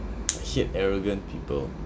I hate arrogant people